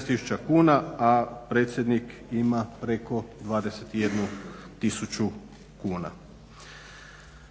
tisuća kuna, a predsjednik ima preko 21 tisuću kuna.